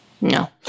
No